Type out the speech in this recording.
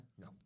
No